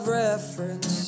reference